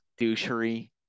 douchery